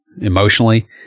emotionally